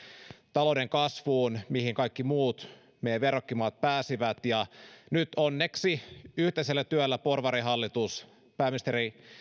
talouden kasvuun mihin kaikki muut meidän verrokkimaat pääsivät nyt onneksi yhteisellä työllä porvarihallitus pääministeri